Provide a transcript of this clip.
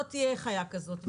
לא תהיה חיה כזאת.